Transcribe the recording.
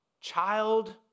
child